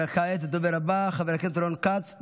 וכעת הדובר הבא, חבר הכנסת רון כץ.